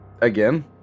again